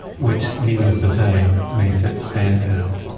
which needless to say makes it stand out.